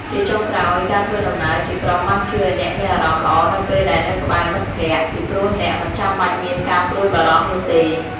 ជាចុងក្រោយ ការធ្វើដំណើរជាក្រុមបានជួយឱ្យអ្នកមានអារម្មណ៍ល្អនៅពេលដែលនៅក្បែរមិត្តភក្តិ ពីព្រោះអ្នកមិនចាំបាច់មានការព្រួយបារម្ភនោះទេ។